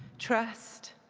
trust,